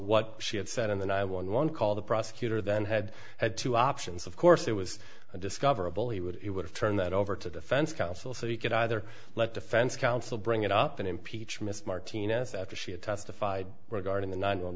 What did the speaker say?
what she had said in the ny one one call the prosecutor then had had two options of course it was discoverable he would it would have turned that over to defense counsel so he could either let defense counsel bring it up in impeach mr martinez after she had testified regarding the nine one